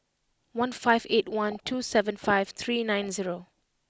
one five eight one two seven five three nine zero